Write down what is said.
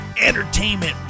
entertainment